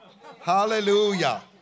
Hallelujah